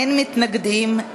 אין מתנגדים,